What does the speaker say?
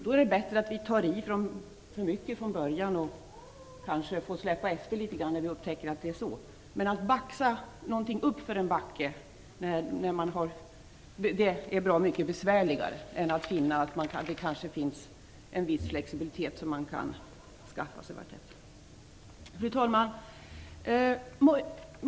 Då är det bättre att vi tar i för mycket från början och kanske får släppa efter litet när vi upptäcker det. Att baxa något uppför i en backe är bra mycket besvärligare än att finna att det kanske finns en viss flexibilitet som man kan skaffa sig vartefter. Fru talman!